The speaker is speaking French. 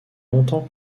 longtemps